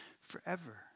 forever